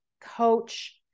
coach